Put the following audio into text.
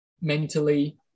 mentally